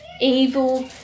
evil